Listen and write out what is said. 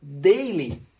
daily